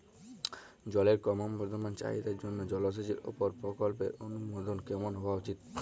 জলের ক্রমবর্ধমান চাহিদার জন্য জলসেচের উপর প্রকল্পের অনুমোদন কেমন হওয়া উচিৎ?